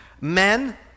Men